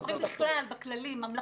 אנחנו מדברים בכלל, בכללי, ממלכתי.